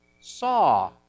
saw